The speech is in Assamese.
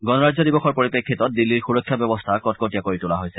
গণৰাজ্য দিৱসৰ পৰিপ্ৰেক্ষিতত দিল্লীৰ সুৰক্ষা ব্যৱস্থা কটকটীয়া কৰি তোলা হৈছে